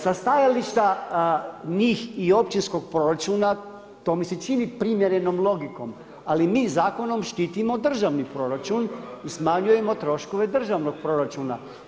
Sa stajališta njih i općinskog proračuna to mi se čini primjernim logikom, ali mi zakonom štitimo državni proračun i smanjujemo troškove državnog proračuna.